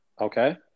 Okay